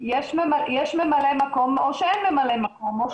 יש ממלא מקום או שאין ממלא מקום.